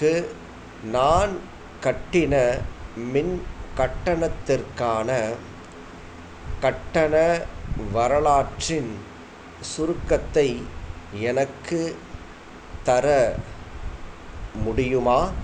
க்கு நான் கட்டிய மின் கட்டணத்திற்கான கட்டண வரலாற்றின் சுருக்கத்தை எனக்கு தர முடியுமா